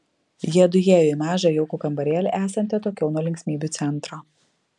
jiedu įėjo į mažą jaukų kambarėlį esantį atokiau nuo linksmybių centro